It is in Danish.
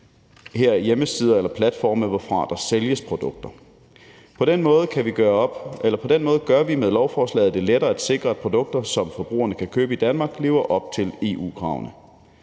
her hjemmesider eller platforme, hvorfra der sælges produkter. På den måde gør vi med lovforslaget det lettere at sikre, at produkter, som forbrugerne kan købe i Danmark, lever op til EU-kravene.